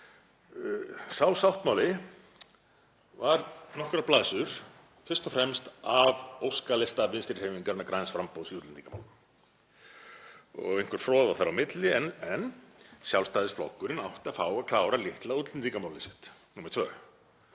Sá sáttmáli var nokkrar blaðsíður, fyrst og fremst af óskalista Vinstrihreyfingarinnar – græns framboðs í útlendingamálum og einhver froða þar á milli. En Sjálfstæðisflokkurinn átti að fá að klára litla útlendingamálið sitt nr.